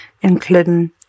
including